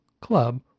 club